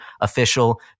official